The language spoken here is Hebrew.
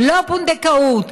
לא פונדקאות,